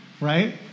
right